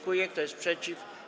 Kto jest przeciw?